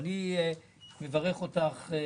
אני מברך אותך,